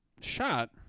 shot